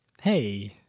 Hey